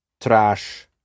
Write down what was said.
trash